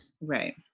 Right